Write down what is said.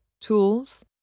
Tools